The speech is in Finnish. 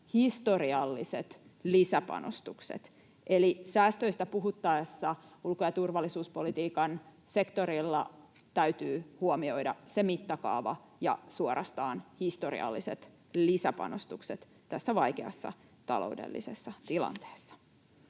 historialliset, lisäpanostukset. Eli säästöistä puhuttaessa ulko- ja turvallisuuspolitiikan sektorilla täytyy huomioida se mittakaava ja suorastaan historialliset lisäpanostukset tässä vaikeassa taloudellisessa tilanteessa.